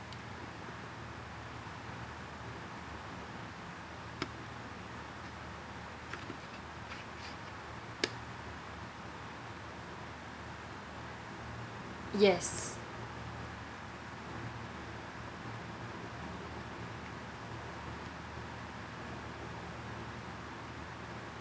yes